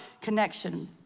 connection